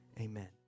Amen